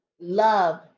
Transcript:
love